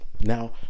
Now